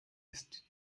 ist